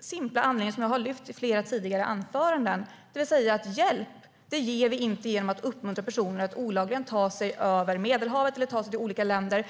simpla anledning jag har lyft fram i flera tidigare anföranden, det vill säga att vi inte ger hjälp genom att uppmuntra personer att olagligen ta sig över Medelhavet eller till olika länder.